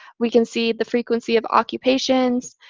we can see the frequency of occupations.